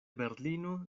berlino